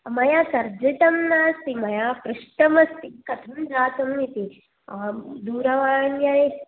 मया तर्जितं नास्ति मया पृष्टम् अस्ति कथम् जातम् इति अहं दूरवाण्याः